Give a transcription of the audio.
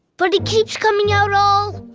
but it keeps coming out all